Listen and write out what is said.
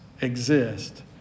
exist